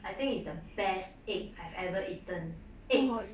I think it's the best egg I've ever eaten eggs